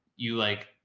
you like,